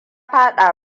faɗa